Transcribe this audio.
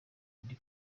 ndi